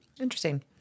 Interesting